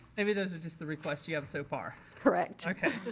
maybe those are just the requests you have so far. correct. okay.